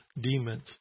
demons